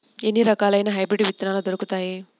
ఎన్ని రకాలయిన హైబ్రిడ్ విత్తనాలు దొరుకుతాయి?